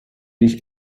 dich